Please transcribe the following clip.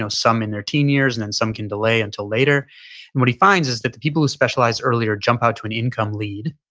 so some in their teen years and then some can delay until later and what he finds is that the people who specialize earlier jump out to an income lead,